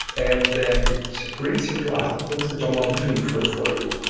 and that it brings you to other things which are more meaningful for you.